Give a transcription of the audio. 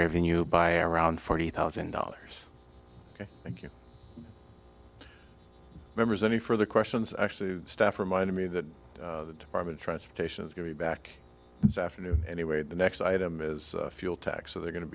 revenue by around forty thousand dollars thank you members any further questions actually staff remind me that the department of transportation is going to back its afternoon anyway the next item is fuel tax so they're going to